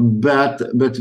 bet bet